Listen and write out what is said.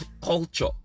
culture